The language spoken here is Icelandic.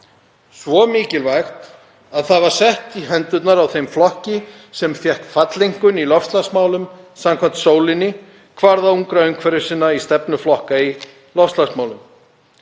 Svo mikilvægt að það var sett í hendurnar á þeim flokki sem fékk falleinkunn í loftslagsmálum samkvæmt Sólinni, kvarða ungra umhverfissinna um stefnu flokka í loftslagsmálum.